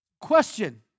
Question